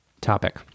topic